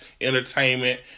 entertainment